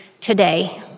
today